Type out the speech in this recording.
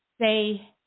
say